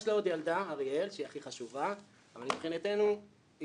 יש לה ילדה אריאל שהיא הכי חשובה אבל מבחינתנו היא